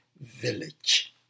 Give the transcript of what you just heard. village